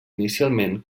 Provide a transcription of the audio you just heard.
inicialment